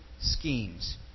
schemes